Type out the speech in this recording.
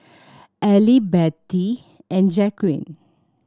Ally Bettie and Jacquelin